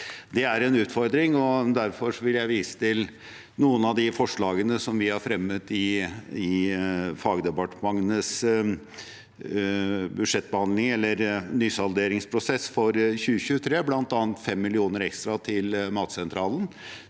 Det er en utfordring. Derfor vil jeg vise til noen av de forslagene vi har fremmet i fagdepartementenes nysalderingsprosess for 2023, bl.a. 5 mill. kr ekstra til Matsentralen,